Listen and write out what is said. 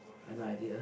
I have no idea